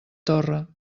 torre